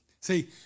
See